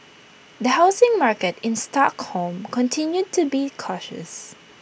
the housing market in Stockholm continued to be cautious